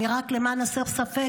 ולמען הסר ספק,